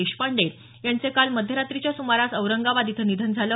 देशपांडे यांचं काल मध्यरात्रीच्या सुमारास औरंगाबाद इथं निधन झालं